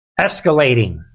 escalating